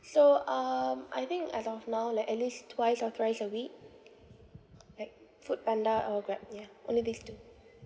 so um I think as of now like at least twice or thrice a week like foodpanda or grab yeah only these two